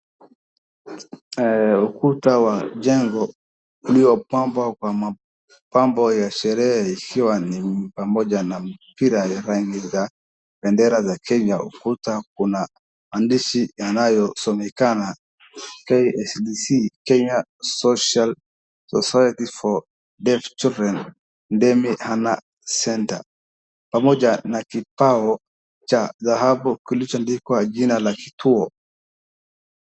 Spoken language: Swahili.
Ukuta wa jengo uliopambwa kwa mapambo ya sherehe ikiwa ni pamoja na mpira wa rangi ya bendera ya Kenya. Ukuta una maandishi yanayosoma KSDC Kenya Social Authority for Deaf Children Damiana Centre pamoja na kibao cha dhahabu kilichoandikwa jina la kituo.